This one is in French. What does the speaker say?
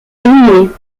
alignées